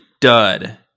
dud